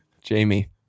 jamie